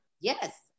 yes